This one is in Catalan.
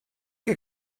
que